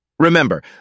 Remember